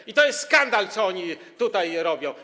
I to jest skandal, co oni tutaj robią.